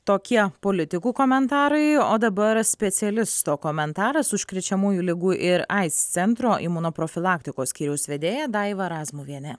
tokie politikų komentarai o dabar specialisto komentaras užkrečiamųjų ligų ir aids centro imunoprofilaktikos skyriaus vedėja daiva razmuvienė